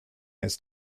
his